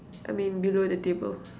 I mean below the table